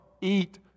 eat